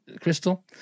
Crystal